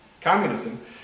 communism